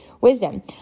wisdom